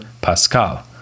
Pascal